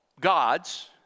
gods